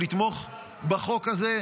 לתמוך בחוק הזה,